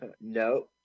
No